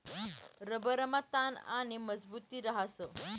रबरमा ताण आणि मजबुती रहास